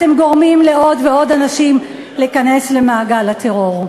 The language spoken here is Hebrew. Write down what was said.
אתם גורמים לעוד ועוד אנשים להיכנס למעגל הטרור.